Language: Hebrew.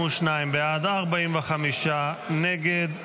52 בעד, 45 נגד.